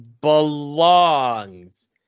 belongs